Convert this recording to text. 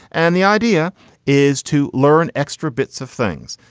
and the idea is to learn extra bits of things.